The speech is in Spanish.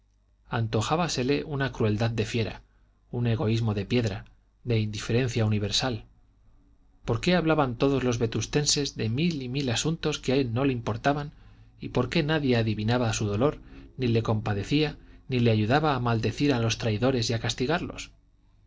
sueño antojábasele una crueldad de fiera un egoísmo de piedra la indiferencia universal por qué hablaban todos los vetustenses de mil y mil asuntos que a él no le importaban y por qué nadie adivinaba su dolor ni le compadecía ni le ayudaba a maldecir a los traidores y a castigarlos